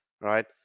right